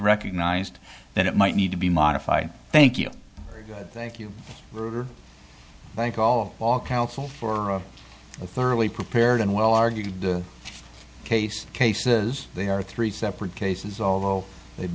recognized that it might need to be modified thank you thank you thank all of all counsel for a thoroughly prepared and well argued the case cases they are three separate cases although they'